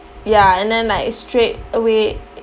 ya and then like straightaway